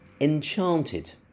Enchanted